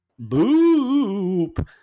boop